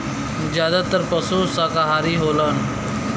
जादातर पसु साकाहारी होलन